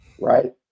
right